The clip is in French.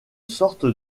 sorte